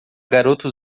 garota